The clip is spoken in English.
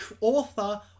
author